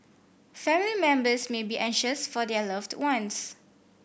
family members may be anxious for their loved ones